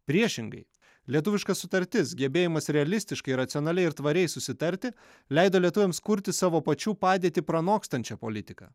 priešingai lietuviška sutartis gebėjimas realistiškai racionaliai ir tvariai susitarti leido lietuviams kurti savo pačių padėtį pranokstančią politiką